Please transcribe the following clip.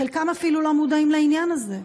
חלקם אפילו לא מודעים לעניין הזה.